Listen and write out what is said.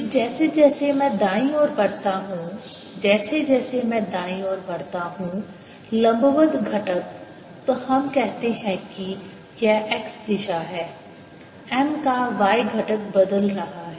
फिर जैसे जैसे मैं दाईं ओर बढ़ता हूं जैसे जैसे मैं दाईं ओर बढ़ता हूं लंबवत घटक तो हम कहते हैं कि यह X दिशा है M का Y घटक बदल रहा है